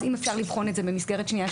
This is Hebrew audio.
אז אם אפשר לבחון את זה במסגרת שנייה,